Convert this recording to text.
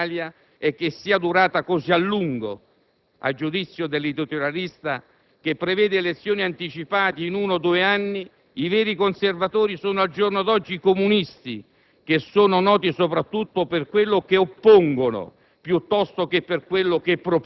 si afferma che «l'unica vera sorpresa riguardo la coalizione arcobaleno dell'Italia è che sia durata così a lungo». A giudizio dell'editorialista, che prevede elezioni anticipate in uno o due anni, «i veri conservatori sono al giorno d'oggi i comunisti